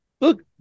look